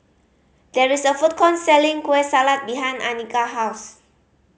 there is a food court selling Kueh Salat behind Annika house